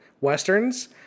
westerns